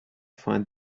find